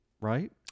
right